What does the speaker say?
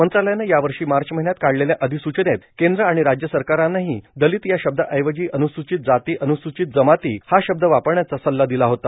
मंत्रालयानं यावर्षी मार्च महिन्यात काढलेल्या अधिसूचनेत केंद्र आणि राज्य सरकारांनाही दलित या शब्दाऐवजी अब्रुसूचित जाती अब्रुसूचित जमाती हा शब्द वापरण्याचा सल्ला दिला होता